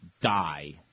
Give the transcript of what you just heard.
die